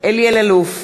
אלי אלאלוף,